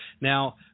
Now